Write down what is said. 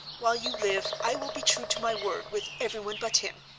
while you live i will be true to my word with everyone but him.